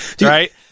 Right